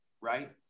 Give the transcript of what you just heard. right